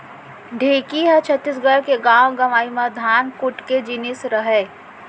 ढेंकी ह छत्तीसगढ़ के गॉंव गँवई म धान कूट के जिनिस रहय